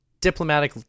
diplomatic